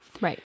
Right